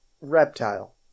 reptile